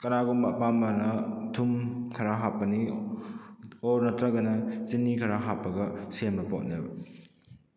ꯀꯅꯥꯒꯨꯝꯕ ꯑꯄꯥꯝꯕꯅ ꯊꯨꯝ ꯈꯔ ꯍꯥꯞꯄꯅꯤ ꯑꯣꯔ ꯅꯠꯇ꯭ꯔꯒꯅ ꯆꯤꯅꯤ ꯈꯔ ꯍꯥꯞꯄꯒ ꯁꯦꯝꯕ ꯄꯣꯠꯅꯦꯕ